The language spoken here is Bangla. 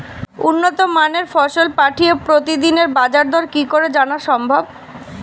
উন্নত মানের ফসল পাঠিয়ে প্রতিদিনের বাজার দর কি করে জানা সম্ভব?